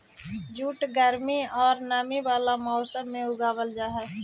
jute गर्म औउर नमी वाला मौसम में उगावल जा हई